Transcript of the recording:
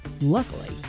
Luckily